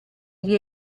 gli